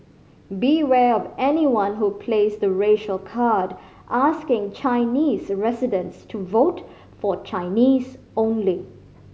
beware of anyone who plays the racial card asking Chinese residents to vote for Chinese only